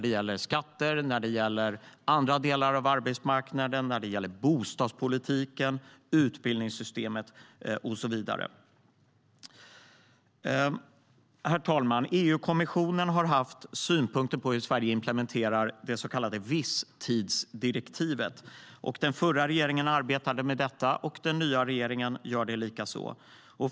Det gäller inte minst skatter, andra delar av arbetsmarknaden, bostadspolitiken, utbildningssystemet och så vidare. Herr talman! EU-kommissionen har haft synpunkter på hur Sverige implementerar det så kallade visstidsdirektivet. Den förra regeringen arbetade med detta, och den nya regeringen gör det likaså.